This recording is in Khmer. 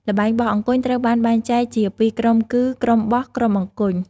ល្បែងបោះអង្គញ់ត្រូវបានបែងចែកជាពីរក្រុមគឺ ក្រុមបោះ ក្រុមអង្គញ់ ។